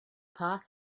path